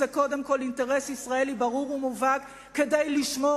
זה קודם כול אינטרס ישראלי ברור ומובהק כדי לשמור